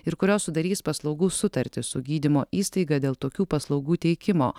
ir kurios sudarys paslaugų sutartis su gydymo įstaiga dėl tokių paslaugų teikimo